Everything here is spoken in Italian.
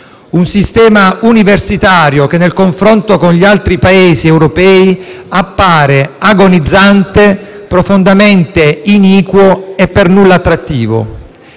un sistema universitario che, a confronto con quello degli altri Paesi europei, appare agonizzante, profondamente iniquo e per nulla attrattivo.